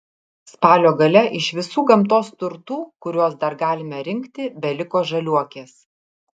spalio gale iš visų gamtos turtų kuriuos dar galime rinkti beliko žaliuokės